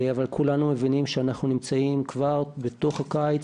אבל כולנו מבינים שאנחנו נמצאים כבר בתוך הקיץ